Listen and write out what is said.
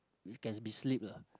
it can be slipped lah